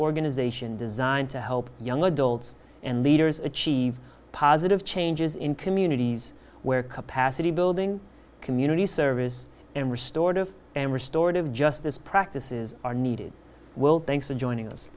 organization designed to help young adults and leaders achieve positive changes in communities where capacity building community service and restored of an restorative justice practices are needed will thanks for joining us